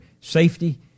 safety